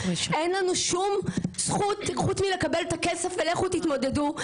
אין לנו שום זכות חוץ מלקבל את הכסף ולכו תתמודדו.